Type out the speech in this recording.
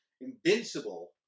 Invincible